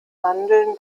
handeln